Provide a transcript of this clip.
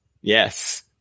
Yes